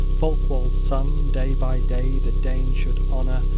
folcwald's son day by day the danes should honor,